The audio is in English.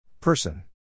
person